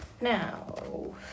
Now